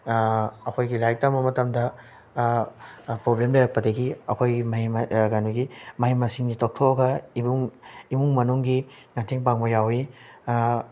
ꯑꯩꯈꯣꯏꯒꯤ ꯂꯥꯏꯔꯤꯛ ꯇꯝꯕ ꯃꯇꯝꯗ ꯄ꯭ꯔꯣꯕ꯭ꯂꯦꯝ ꯂꯩꯔꯛꯄꯗꯒꯤ ꯑꯩꯈꯣꯏꯒꯤ ꯃꯍꯩ ꯀꯩꯅꯣꯒꯤ ꯃꯍꯩ ꯃꯁꯤꯡꯁꯤ ꯇꯣꯛꯊꯣꯛꯑꯒ ꯏꯃꯨꯡ ꯏꯃꯨꯡ ꯃꯅꯨꯡꯒꯤ ꯃꯇꯦꯡ ꯄꯥꯡꯕ ꯌꯥꯎꯏ